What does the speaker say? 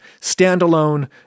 standalone